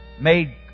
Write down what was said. made